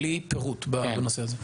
בלי פירוט בנושא הזה.